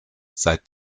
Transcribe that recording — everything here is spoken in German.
seit